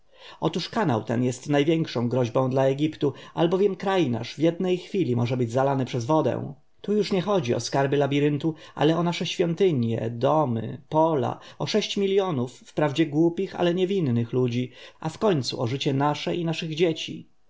otóż kanał ten jest największą groźbą dla egiptu albowiem kraj nasz w jednej chwili może być zalany przez wodę tu już nie chodzi o skarby labiryntu ale o nasze świątynie domy pola o sześć miljonów wprawdzie głupich ale niewinnych ludzi a wkońcu o życie nasze i naszych dzieci